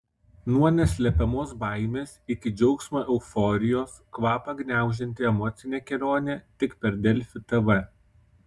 nuo neslepiamos baimės iki džiaugsmo euforijos kvapą gniaužianti emocinė kelionė tik per delfi tv